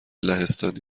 لهستانی